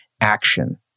action